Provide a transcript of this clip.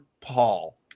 Paul